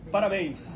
Parabéns